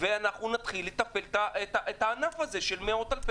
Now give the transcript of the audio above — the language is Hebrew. הענף הזה.